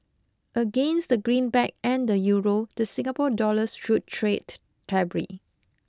against the greenback and the Euro the Singapore dollar should trade stably